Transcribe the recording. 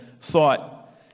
thought